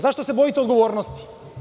Zašto se bojite odgovornosti?